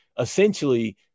essentially